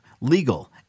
legal